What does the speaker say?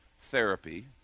therapy